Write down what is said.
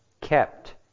kept